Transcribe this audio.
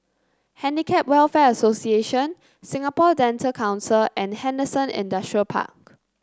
Handicap Welfare Association Singapore Dental Council and Henderson Industrial Park